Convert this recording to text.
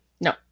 No